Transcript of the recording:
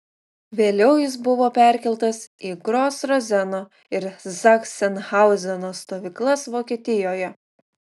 vėliau jis buvo perkeltas į gros rozeno ir zachsenhauzeno stovyklas vokietijoje